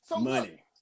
Money